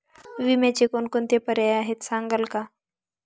विम्याचे कोणकोणते पर्याय आहेत सांगाल का?